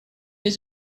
been